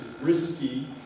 risky